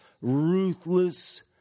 ruthless